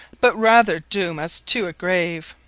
but rather doome us to a grave